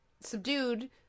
subdued